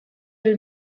den